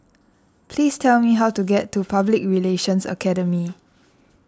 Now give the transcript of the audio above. please tell me how to get to Public Relations Academy